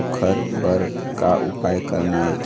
ओकर बर का उपाय करना ये?